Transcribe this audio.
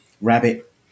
Rabbit